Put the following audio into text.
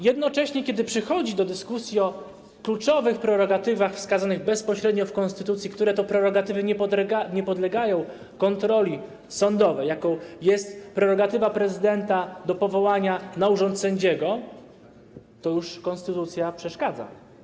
Jednocześnie, kiedy przychodzi do dyskusji o kluczowych prerogatywach wskazanych bezpośrednio w konstytucji, które to prerogatywy nie podlegają kontroli sądowej, jaką jest prerogatywa prezydenta do powołania na urząd sędziego, to już konstytucja przeszkadza.